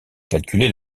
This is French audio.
calculer